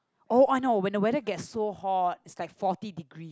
oh I know when the weather gets so hot it's like forty degrees